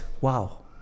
wow